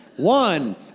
one